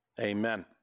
Amen